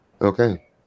Okay